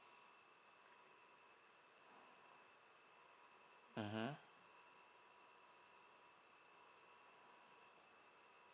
mmhmm